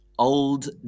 old